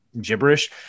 gibberish